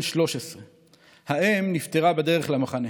בן 13. האם נפטרה בדרך למחנה.